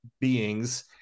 beings